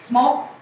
Smoke